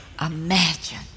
Imagine